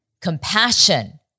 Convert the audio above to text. compassion